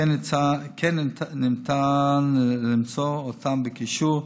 כמו כן, ניתן למצוא אותם בקישור,